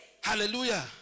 Hallelujah